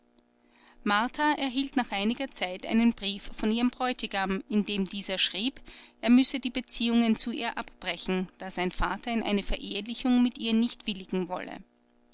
martha erhielt nach einiger zeit einen brief von ihrem bräutigam in dem dieser schrieb er müsse die beziehungen zu ihr abbrechen da sein vater in eine verehelichung mit ihr nicht willigen wolle